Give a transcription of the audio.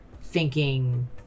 thinking-